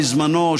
בזמנו,